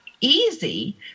easy